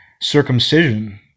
circumcision